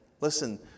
Listen